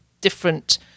different